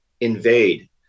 invade